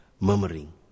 murmuring